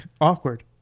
Awkward